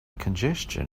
congestion